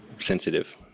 sensitive